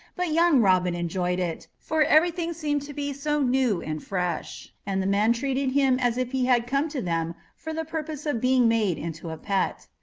but young robin enjoyed it, for everything seemed to be so new and fresh, and the men treated him as if he had come to them for the purpose of being made into a pet.